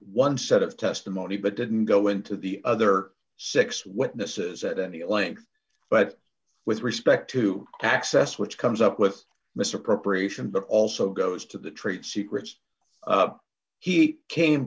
one set of testimony but didn't go into the other six witnesses at any length but with respect to access which comes up with mr preparation but also goes to the trade secrets he came